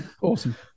Awesome